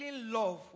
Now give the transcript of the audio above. love